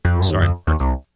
Sorry